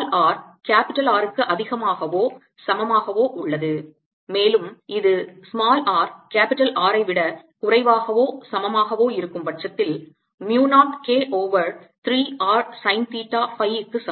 r R க்கு அதிகமாகவோ சமமாகவோ உள்ளது மேலும் இது r R ஐ விட குறைவாவோ சமமாகவோ இருக்கும் பட்சத்தில் mu 0 K over 3 r sine theta phi க்கு சமம்